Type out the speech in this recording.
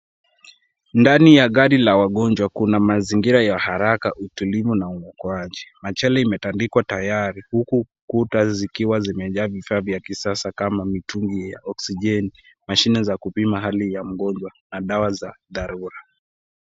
Ndani ya gari la wagonjwa kuna mazingira ya araka utulivu na uokoaji, machela imetandikwa tayari huku kutu zikiwa zimejaa vifaa vya kisasa kama mitungi ya oxygeni mashine ya kupima hali ya mgonjwa na dawa za dharura .